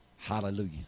Hallelujah